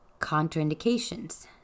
Contraindications